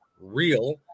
real